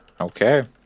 Okay